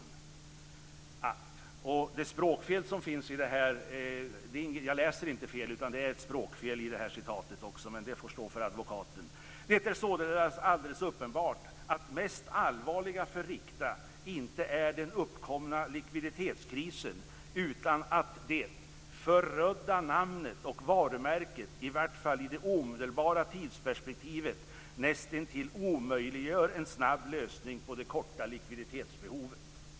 Det finns ett språkfel i det här citatet så jag läser inte fel, men det får stå för advokaten: "Det är således alldeles uppenbart att mest allvarliga för Rikta inte är den uppkomna likviditetskrisen utan att det förödda namnet och varumärket i vart fall i det omedelbara tidsperspektivet nästintill omöjliggör en snabb lösning på det korta likviditetsbehovet."